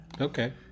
Okay